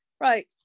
Right